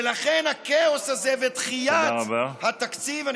ולכן הכאוס הזה ודחיית התקציב, תודה רבה.